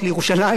לכנסת,